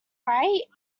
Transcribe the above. right